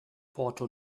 porto